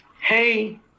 hey